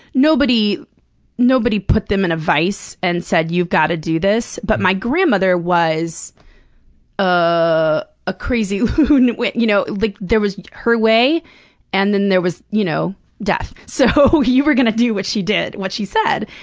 nobody nobody put them in a vise and said, you've gotta do this, but my grandmother was ah a crazy loon. you know like, there was her way and then there was you know death, so you were gonna do what she did what she said.